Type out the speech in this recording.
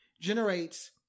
generates